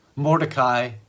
Mordecai